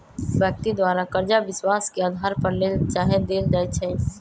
व्यक्ति द्वारा करजा विश्वास के अधार पर लेल चाहे देल जाइ छइ